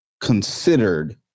considered